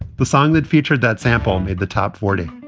the song that featured that sample made the top forty